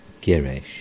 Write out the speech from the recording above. Girish